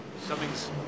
something's